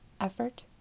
effort